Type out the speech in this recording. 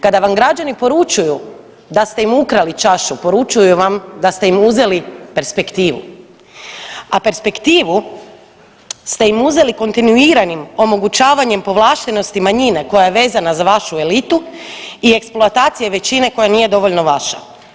Kada vam građani poručuju da ste im ukrali čašu poručuju vam da ste im uzeli perspektivu, a perspektivu ste im uzeli kontinuiranim omogućavanjem povlaštenosti manjine koja je vezana za vašu elitu i eksploatacije većine koja nije dovoljno vaša.